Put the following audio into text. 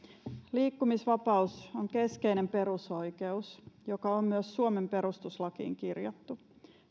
liikkumisvapaus on keskeinen perusoikeus joka on myös suomen perustuslakiin kirjattu